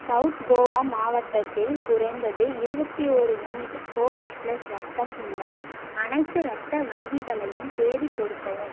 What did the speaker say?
south Goa மாவட்டத்தில் குறைந்தது இருவத்தி ஒரு யூனிட் ஓஹச் ப்ளஸ் இரத்தம் உள்ள அனைத்து இரத்த வங்கிகளையும் தேடிக் கொடுக்கவும்